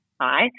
hi